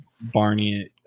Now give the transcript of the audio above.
Barney